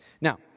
Now